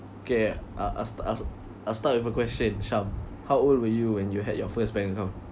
okay I I'll sta~ I'll start with a question sham how old were you when you had your first bank account